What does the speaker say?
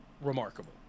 remarkable